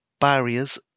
barriers